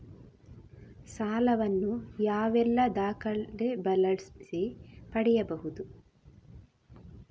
ಸಾಲ ವನ್ನು ಯಾವೆಲ್ಲ ದಾಖಲೆ ಬಳಸಿ ಪಡೆಯಬಹುದು?